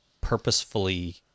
purposefully